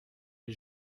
des